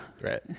right